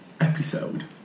episode